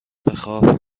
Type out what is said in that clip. بخواب